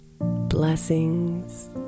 Blessings